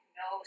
no